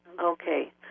Okay